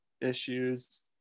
issues